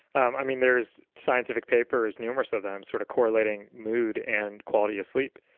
um i mean there's scientific papers, numerous of them, sort of correlating mood and quality of sleep.